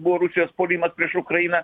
buvo rusijos puolimas prieš ukrainą